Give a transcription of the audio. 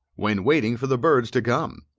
when waiting for the birds to come.